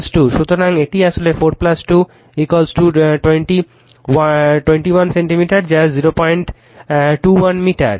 সুতরাং এটি আসলে 4 2 21 সেন্টিমিটার যা 021 মিটার